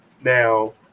Now